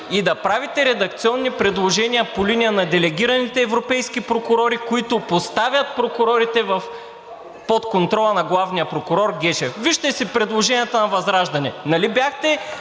и да правите редакционни предложения по линия на делегираните европейски прокурори, които поставят прокурорите под контрола на главния прокурор Гешев. Вижте си предложенията на ВЪЗРАЖДАНЕ! Нали бяхте